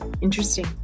interesting